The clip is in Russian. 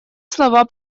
слова